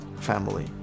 family